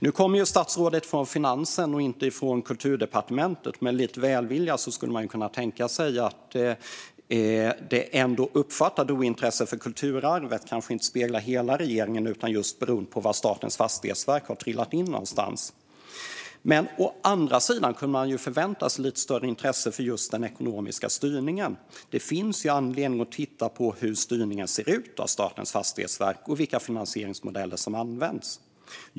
Nu kommer ju statsrådet från Finansen och inte från Kulturdepartementet, men med lite välvilja skulle man kunna tänka sig att det uppfattade ointresset för kulturarvet inte speglar hela regeringen utan beror på var Statens fastighetsverk har trillat in någonstans. Å andra sidan skulle man kunna förvänta sig lite större intresse för den ekonomiska styrningen. Det finns ju anledning att titta på hur styrningen av Statens fastighetsverk ser ut och vilka finansieringsmodeller som används.